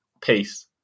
peace